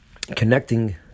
connecting